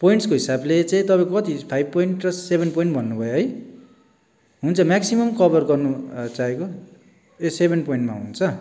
पोइन्ट्सको हिसाबले चाहिँ तपाईँँको कति फाइभ पोइन्ट्स र सेभेन पोइन्ट भन्नु भयो है हुन्छ म्याक्सिमम् कभर गर्नु चाहेको ए सेभेन पोइन्टमा हुन्छ